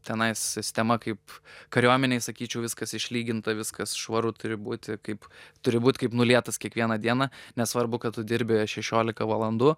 tenais sistema kaip kariuomenėj sakyčiau viskas išlyginta viskas švaru turi būti kaip turi būt kaip nulietas kiekvieną dieną nesvarbu kad tu dirbi šešiolika valandų